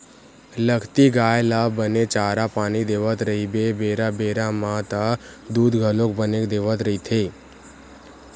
लगती गाय ल बने चारा पानी देवत रहिबे बेरा बेरा म त दूद घलोक बने देवत रहिथे